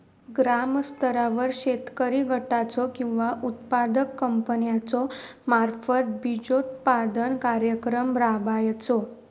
ग्रामस्तरावर शेतकरी गटाचो किंवा उत्पादक कंपन्याचो मार्फत बिजोत्पादन कार्यक्रम राबायचो?